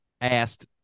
asked